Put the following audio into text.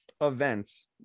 events